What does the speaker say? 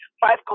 five